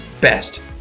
best